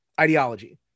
ideology